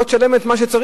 לא תשלם את מה שצריך,